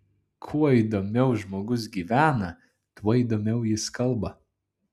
kuo įdomiau žmogus gyvena tuo įdomiau jis kalba